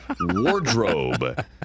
wardrobe